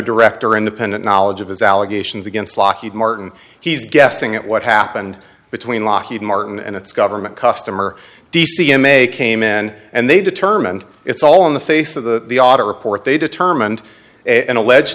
direct or independent knowledge of his allegations against lockheed martin he's guessing at what happened between lockheed martin and its government customer d c m a came in and they determined it's all in the face of the audit report they determined and alleged